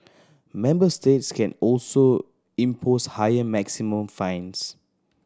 member states can also impose higher maximum fines